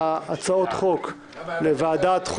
הצעת חוק התפזרות הכנסת העשרים-ושלוש,